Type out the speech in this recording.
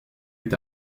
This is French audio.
est